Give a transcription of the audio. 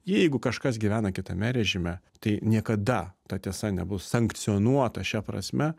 jeigu kažkas gyvena kitame režime tai niekada ta tiesa nebus sankcionuota šia prasme